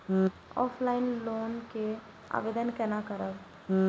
Offline loan के आवेदन केना करब?